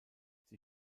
sie